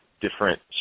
different